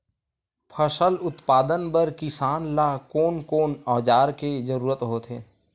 फसल उत्पादन बर किसान ला कोन कोन औजार के जरूरत होथे?